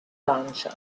lancia